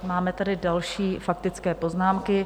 Máme tady další faktické poznámky.